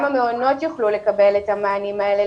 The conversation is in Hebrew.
המעונות יוכלו לקבל א המענים האלה.